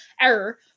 error